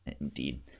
indeed